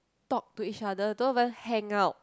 talk to each other don't even hang out